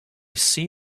see